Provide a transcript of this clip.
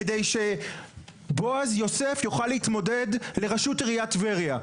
כדי שבועז יוסף יוכל להתמודד לרשות עיריית טבריה.